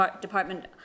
department